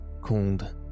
called